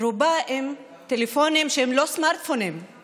רובה עם טלפונים שהם לא סמארטפונים,